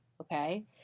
okay